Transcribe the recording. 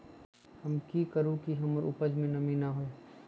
हम की करू की हमर उपज में नमी न होए?